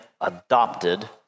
adopted